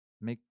Make